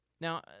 Now